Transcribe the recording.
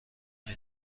نمی